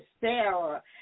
Sarah